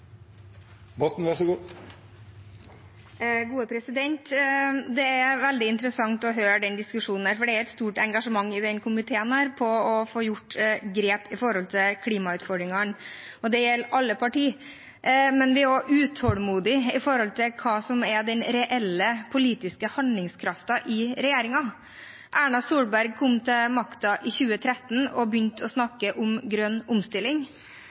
et stort engasjement i denne komiteen for å få tatt grep med tanke på klimautfordringene – og det gjelder alle partiene. Men vi er også utålmodige med hensyn til hva som er den reelle politiske handlingskraften i regjeringen. Erna Solberg kom til makten i 2013 og begynte å snakke om grønn omstilling.